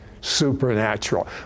supernatural